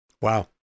Wow